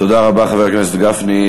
תודה רבה, חבר הכנסת גפני.